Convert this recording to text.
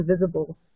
invisible